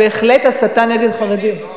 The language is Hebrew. זו בהחלט הסתה נגד חרדים.